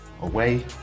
Away